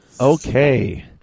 Okay